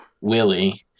Willie